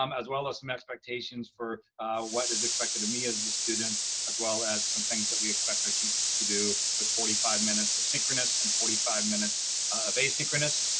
um as well as some expectations for what is expected of me as the student, as well as some things that we expect our teachers to do with forty five minutes of synchronous and forty five minutes of asynchronous.